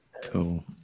Cool